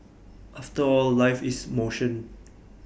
after all life is motion